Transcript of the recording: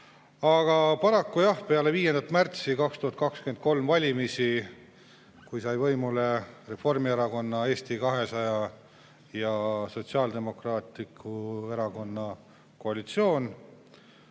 Aga paraku jah, peale 5. märtsi 2023 valimisi, kui sai võimule Reformierakonna, Eesti 200 ja Sotsiaaldemokraatliku Erakonna koalitsioon,